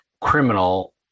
criminal